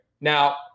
Now